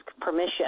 permission